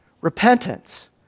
Repentance